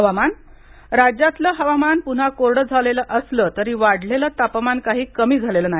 हवामान् राज्यातलं हवामान पुन्हा कोरडं झालेलं असलं तरी वाढलेलं तापमान काही कमी झालेलं नाही